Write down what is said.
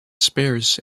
spares